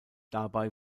dabei